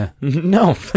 no